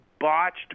botched